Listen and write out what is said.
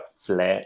flat